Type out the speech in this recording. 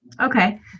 Okay